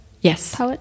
Yes